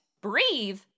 Breathe